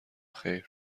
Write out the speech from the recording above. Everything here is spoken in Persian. خیر